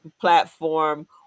platform